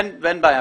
אין בעיה,